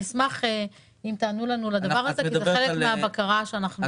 אשמח אם תענו לנו על הדבר הזה כי הוא חלק מן הבקרה שאנחנו עושים.